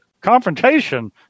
confrontation